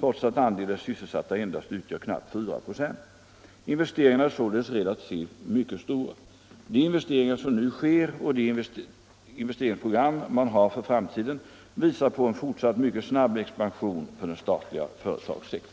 trots att andelen sysselsatta endast utgör knappt 4 96. Investeringarna är således relativt sett mycket stora. De investeringar som nu sker och de investeringsprogram man har för framtiden visar på en fortsatt mycket snabb expansion för den statliga sektorn.